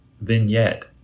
vignette